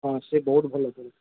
ହଁ ସିଏ ବହୁତ ଭଲ ଥିଲେ